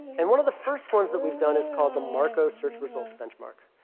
and one of the first ones that we've done is called the marko search results benchmark.